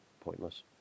pointless